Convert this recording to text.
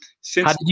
since-